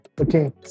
Okay